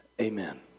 Amen